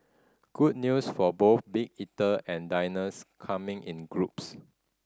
good news for both big eater and diners coming in groups